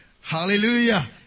Hallelujah